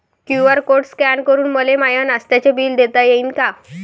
QR code scan करून मले माय नास्त्याच बिल देता येईन का?